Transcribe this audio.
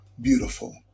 beautiful